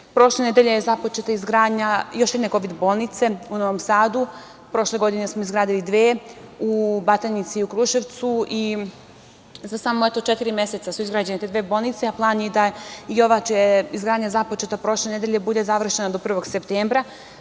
Prošle nedelje je započeta izgradnja još jedne kovid bolnice u Novom Sadu. Prošle godine smo izgradili dve, u Batajnici i Kruševcu. Za samo četiri meseca su izgrađene te dve bolnice. Plan je da i ova, čija je izgradnja započeta prošle nedelje, bude završena do 1. septembra.